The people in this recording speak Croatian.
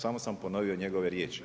Samo sam ponovio njegove riječi.